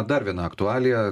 dar viena aktualija